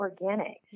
organic